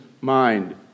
Mind